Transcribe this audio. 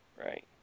Right